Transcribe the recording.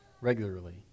regularly